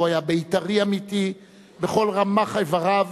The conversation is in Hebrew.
הוא היה בית"רי אמיתי בכל רמ"ח איבריו,